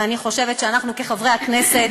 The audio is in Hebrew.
ואני חושבת שאנחנו, כחברי הכנסת,